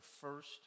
first